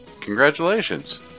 Congratulations